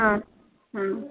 ହଁ ହଁ